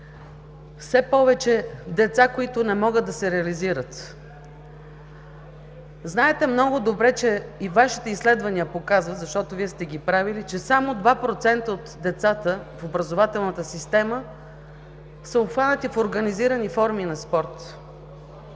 все повече деца, които не могат да се реализират. Знаете много добре, че и Вашите изследвания показват, защото Вие сте ги правили, че само 2% от децата в образователната система са обхванати в организирани форми на спорт.